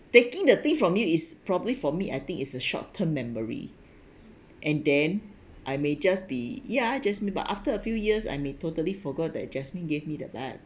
taking the thing from me is probably for me I think is a short term memory and then I may just be ya jasmine but after a few years I may totally forgot that jasmine gave me the bag